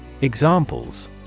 Examples